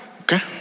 Okay